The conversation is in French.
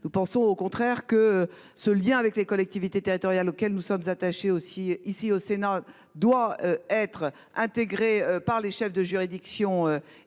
Nous pensons au contraire que ce lien avec les collectivités territoriales auxquelles nous sommes attachés aussi ici au Sénat, doit être intégrée par les chefs de juridiction